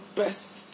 best